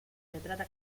retrata